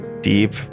deep